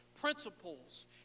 principles